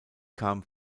kam